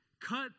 cut